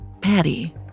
Patty